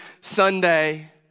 Sunday